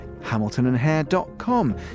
hamiltonandhair.com